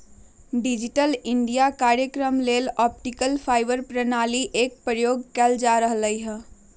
digital India काजक्रम लेल optical fibre प्रणाली एक प्रयोग कएल जा रहल हइ